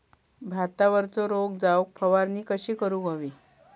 भातावरचो रोग जाऊक फवारणी कशी करूक हवी?